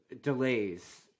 delays